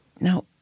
Now